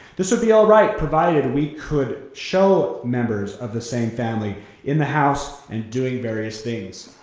this would be alright provided we could show members of the same family in the house and doing various things,